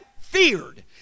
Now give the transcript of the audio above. feared